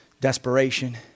desperation